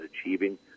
achieving